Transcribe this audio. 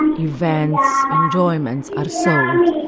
events, enjoyments are sold,